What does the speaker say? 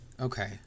Okay